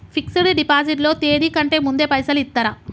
Fix డ్ deposit లో తేది కంటే ముందే పైసలు ఇత్తరా?